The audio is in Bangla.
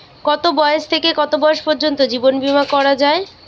কতো বয়স থেকে কত বয়স পর্যন্ত জীবন বিমা করা যায়?